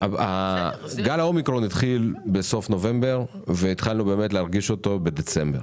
גל האומיקרון התחיל בסוף נובמבר והתחלנו להרגיש אותו בדצמבר.